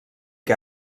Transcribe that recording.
que